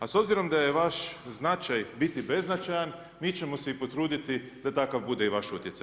A s obzirom da je vaš značaj biti beznačajan mi ćemo se i potruditi da takav bude i vaš utjecaj.